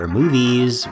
movies